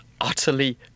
utterly